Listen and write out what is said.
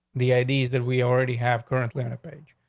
the idea is that we already have currently on a page,